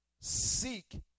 seek